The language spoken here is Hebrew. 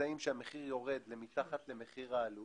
מזהים שהמחיר יורד למקום שהוא מתחת לעלות